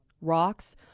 rocks